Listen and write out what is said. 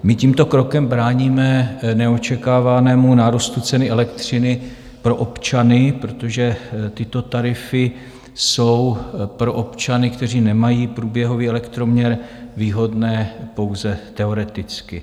My tímto krokem bráníme neočekávanému nárůstu ceny elektřiny pro občany, protože tyto tarify jsou pro občany, kteří nemají průběhový elektroměr, výhodné pouze teoreticky.